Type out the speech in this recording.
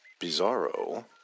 Bizarro